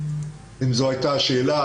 אם זאת הייתה השאלה.